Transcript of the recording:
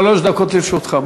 שלוש דקות לרשותך.